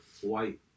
white